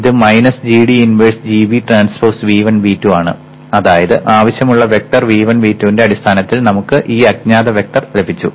അത് gD inverse gB transpose V1 V2 അതായത് ആവശ്യമുള്ള വെക്റ്റർ V1 V2 ന്റെ അടിസ്ഥാനത്തിൽ നമുക്ക് ഈ അജ്ഞാത വെക്റ്റർ ലഭിച്ചു